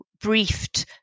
briefed